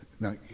now